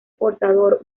portador